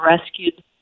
rescued